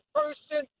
person